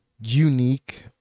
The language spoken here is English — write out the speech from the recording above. unique